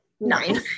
nine